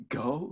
go